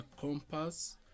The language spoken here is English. compass